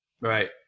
Right